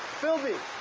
filby!